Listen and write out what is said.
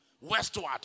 westward